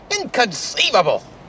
Inconceivable